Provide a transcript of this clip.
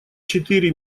четыре